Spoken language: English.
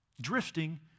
drifting